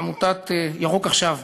עמותת "ירוק עכשיו",